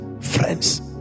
Friends